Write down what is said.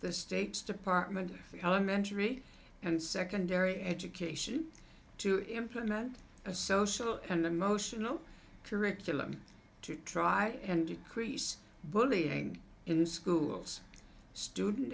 the state's department of calum entry and secondary education to implement a social and emotional curriculum to try and decrease bullying in schools student